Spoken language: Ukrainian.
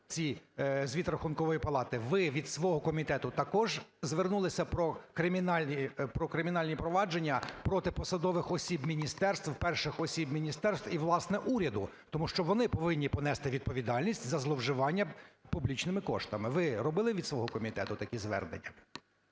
цей звіт Рахункової палати, ви від свого комітету також звернулися про кримінальні провадження проти посадових осіб міністерств, перших осіб міністерств і, власне, уряду? Тому що вони повинні понести відповідальність за зловживання публічними коштами. Ви робили від свого комітету такі звернення?